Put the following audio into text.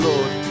Lord